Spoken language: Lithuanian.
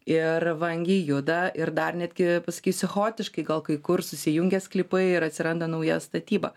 ir vangiai juda ir dar netgi pasakysiu chaotiškai gal kai kur susijungia sklypai ir atsiranda nauja statyba